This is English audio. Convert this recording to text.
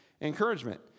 encouragement